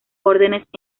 órdenes